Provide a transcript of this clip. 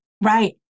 Right